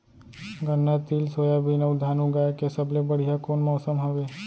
गन्ना, तिल, सोयाबीन अऊ धान उगाए के सबले बढ़िया कोन मौसम हवये?